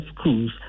schools